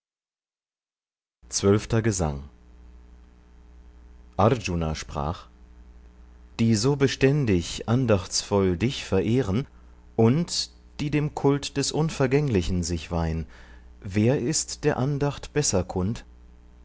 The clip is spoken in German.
zwölfter gesang arjuna sprach die so beständig andachtsvoll dich verehren und die dem kult des unvergänglichen sich weihn wer ist der andacht besser kund